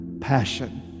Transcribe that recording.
passion